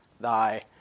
thy